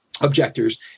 objectors